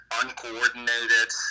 uncoordinated